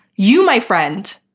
you, my friend,